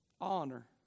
Honor